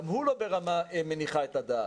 גם הוא לא ברמה מניחה את הדעת.